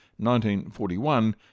1941